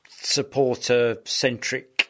supporter-centric